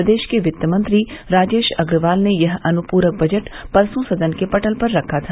प्रदेश के वित्त मंत्री राजेश अग्रवाल ने यह अनुप्रक बजट परसों सदन के पटल पर रखा था